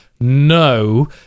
no